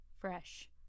Fresh